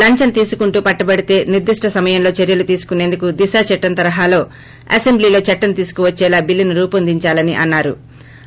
లంచం తీసుకుంటూ పట్టుబడితే నిర్దిష్ట సమయంలో చర్యలు తీసుకుసేందుకు దిశ చట్టం తరహాలో అసెంబ్లీలో చట్లం తీసుకువచ్చేలా బిల్లును రూపొందించాలి అన్నారు